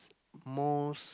most